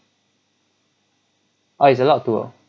oh its allowed to oh